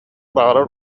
баҕарар